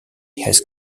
his